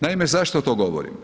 Naime, zašto to govorim?